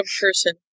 person